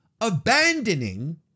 abandoning